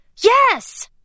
Yes